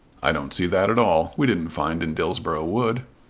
i don't see that at all. we didn't find in dillsborough wood.